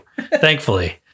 Thankfully